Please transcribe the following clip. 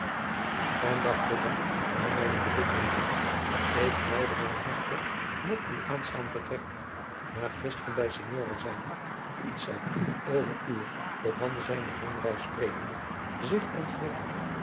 dag tot dag nam mijne verbittering toe ik vleide mij echter met uw aanstaand vertrek maar gisteren bij signora zijnde liet zij over uwe op handen zijnde heenreis sprekende zich ontglippen